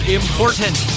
important